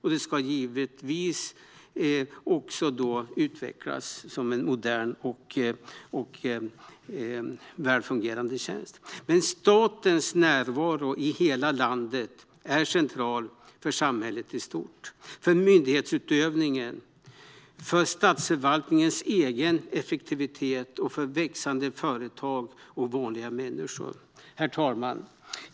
Detta ska givetvis också utvecklas som en modern och välfungerande tjänst, men statens närvaro i hela landet är central för samhället i stort. Den är central för myndighetsutövningen, för statsförvaltningens egen effektivitet, för växande företag och för vanliga människor. Herr talman!